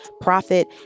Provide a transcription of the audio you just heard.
Profit